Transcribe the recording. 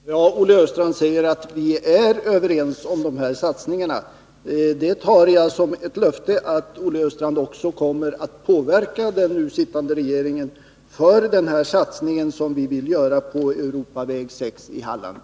Fru talman! Olle Östrand säger att vi är överens om de här satsningarna. Det tar jag som ett löfte om att Olle Östrand också kommer att påverka den nu sittande regeringen till förmån för den här satsningen som vi vill göra på Europaväg 6 i Halland.